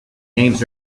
names